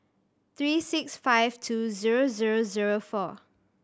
three six five two zero zero zero four